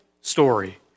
story